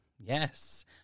Yes